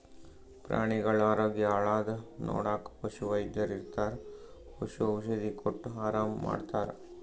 ಪ್ರಾಣಿಗಳ್ ಆರೋಗ್ಯ ಹಾಳಾದ್ರ್ ನೋಡಕ್ಕ್ ಪಶುವೈದ್ಯರ್ ಇರ್ತರ್ ಪಶು ಔಷಧಿ ಕೊಟ್ಟ್ ಆರಾಮ್ ಮಾಡ್ತರ್